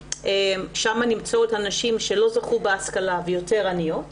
שם נמצאות הנשים שלא זכו להשכלה והן יותר עניות,